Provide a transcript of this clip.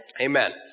amen